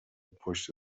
پشت